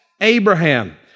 Abraham